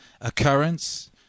occurrence